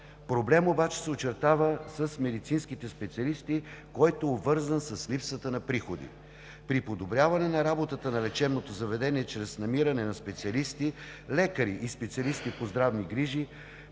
Проблем обаче се очертава с медицинските специалисти, който е обвързан с липсата на приходи. При подобряване работата на лечебното заведение – чрез намиране на специалисти, лекари и специалисти по здравни грижи,